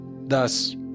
thus